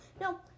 No